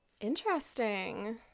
interesting